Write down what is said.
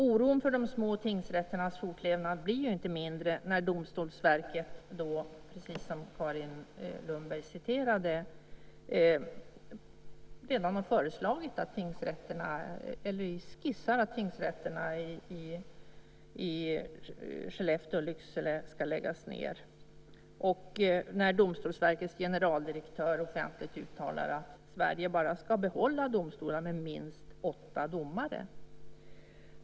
Oron för de små tingsrätternas fortlevnad blir inte mindre när Domstolsverket, precis som framgår av det Carin Lundberg citerade, redan skissar på att tingsrätterna i Skellefteå och Lycksele ska läggas ned och när Domstolsverkets generaldirektör offentligt uttalar att Sverige bara ska behålla domstolar med minst åtta domare.